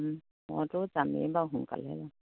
মইতো যামেই বাৰু সোনকালে বা